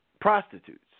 prostitutes